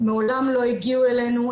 הם מעולם לא הגיעו אלינו,